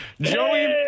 Joey